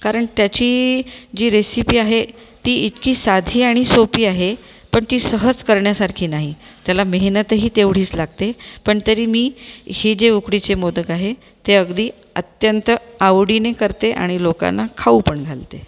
कारण त्याची जी रेसिपी आहे ती इतकी साधी आणि सोपी आहे पण ती सहज करण्यासारखी नाही त्याला मेहनतही तेवढीच लागते पण तरी मी हे जे उकडीचे मोदक आहे ते अगदी अत्यंत आवडीने करते आणि लोकांना खाऊ पण घालते